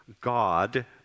God